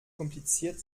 kompliziert